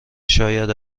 شاید